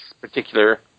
particular